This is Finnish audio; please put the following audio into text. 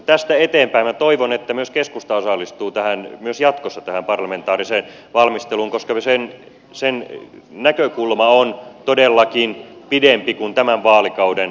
tästä eteenpäin minä toivon että myös keskusta osallistuu myös jatkossa tähän parlamentaariseen valmisteluun koska sen näkökulma on todellakin pidempi kuin tämän vaalikauden näkökulma